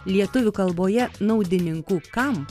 lietuvių kalboje naudininku kam